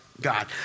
God